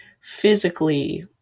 physically